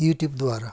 युट्युबद्वारा